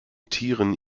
tieren